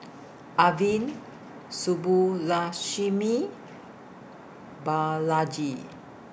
Arvind Subbulakshmi Balaji